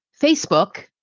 Facebook